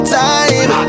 time